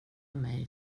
mig